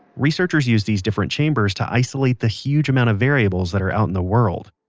researchers use these different chambers to isolate the huge amount of variables that are out in the world.